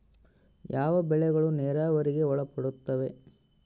ಯಾವ ಬೆಳೆಗಳು ನೇರಾವರಿಗೆ ಒಳಪಡುತ್ತವೆ?